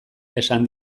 esan